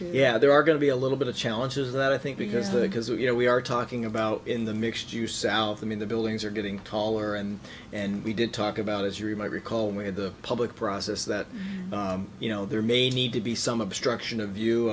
yeah there are going to be a little bit of challenges that i think because the because you know we are talking about in the mixed use southam in the buildings are getting taller and and we did talk about as you might recall when we had the public process that you know there may need to be some obstruction of view